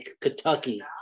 Kentucky